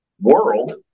world